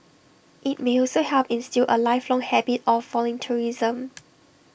IT may also help instil A lifelong habit of volunteerism